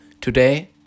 Today